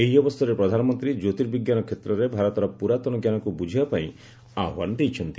ଏହି ଅବସରରେ ପ୍ରଧାନମନ୍ତ୍ରୀ କ୍ୟୋତିର୍ବିଜ୍ଞାନ କ୍ଷେତ୍ରରେ ଭାରତର ପୁରାତନ ଜ୍ଞାନକୁ ବୁଝିବା ପାଇଁ ଆହ୍ୱାନ ଦେଇଛନ୍ତି